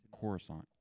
Coruscant